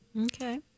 Okay